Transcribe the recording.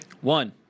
One